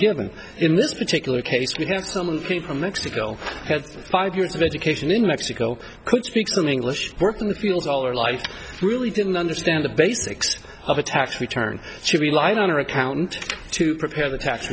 given in this particular case we have someone from mexico had five years of education in mexico could speak some english work in the fields all her life truly didn't understand the basics of a tax return she relied on her accountant to prepare the tax